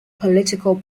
political